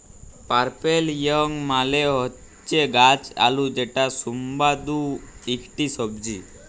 purple yam মালে হচ্যে গাছ আলু যেটা সুস্বাদু ইকটি সবজি